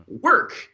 work